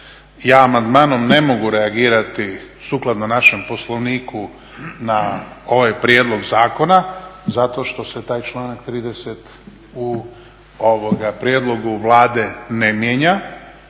ja amandmanom ne mogu reagirati sukladno našem Poslovniku na ovaj prijedlog zakona zato što se taj članak 30. u prijedlogu Vlade ne mijenja,